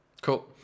Cool